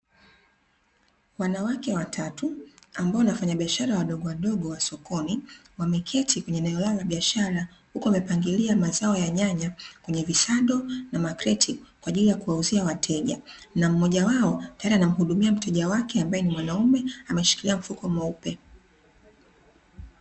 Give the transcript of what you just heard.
Wanawake watatu ambao ni wafanyabiasahara wadogowadogo wa sokoni, wameketi kwenye eneo lao la biashara huku wamepangilia mazao ya nyanya kwenye vidadi na makreti, kwa aajili ya kuwauzia wateja. Na mmoja wao tayari anamhudumia mteja wake ambaye ni mwanaume, ambaye ameshikilia mfuko.